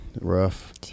Rough